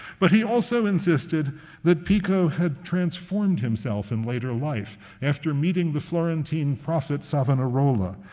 but he also insisted that pico had transformed himself in later life after meeting the florentine prophet savonarola,